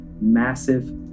massive